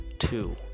Two